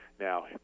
Now